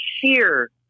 sheer